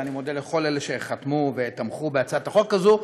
ואני מודה לכל אלה שחתמו ותמכו בהצעת החוק הזאת.